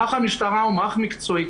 מערך המשטרה היא מערך מקצועי.